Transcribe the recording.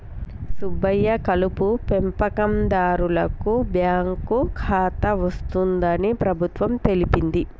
సుబ్బయ్య కలుపు పెంపకందారులకు బాంకు ఖాతా వస్తుందని ప్రభుత్వం తెలిపింది